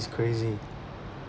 it's crazy